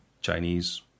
Chinese